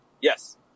Yes